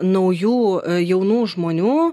naujų jaunų žmonių